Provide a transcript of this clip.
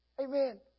amen